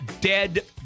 dead